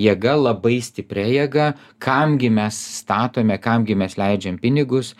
jėga labai stipria jėga kam gi mes statome kam gi mes leidžiam pinigus